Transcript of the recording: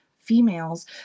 females